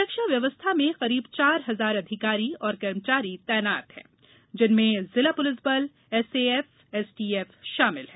सुरक्षा व्यवस्था में करीब चार हजार अधिकारी और कर्मचारी तैनात हैं जिनमें जिला पुलिस बल एसएएफ एसटीएफ शामिल हैं